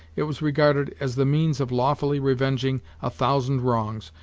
it was regarded as the means of lawfully revenging a thousand wrongs,